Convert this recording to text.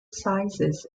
sizes